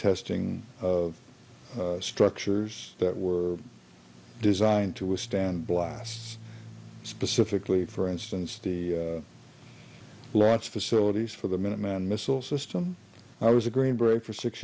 testing of structures that were designed to withstand blasts specifically for instance the launch facilities for the minuteman missile system i was a green beret for six